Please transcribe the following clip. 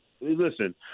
Listen